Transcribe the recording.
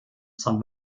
san